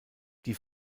die